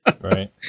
Right